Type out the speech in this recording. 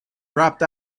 dropped